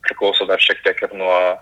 priklauso dar šiek tiek ir nuo